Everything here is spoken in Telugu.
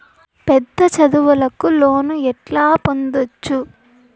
పెద్ద చదువులకు లోను ఎట్లా పొందొచ్చు